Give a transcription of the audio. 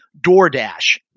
DoorDash